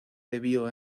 debió